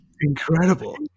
Incredible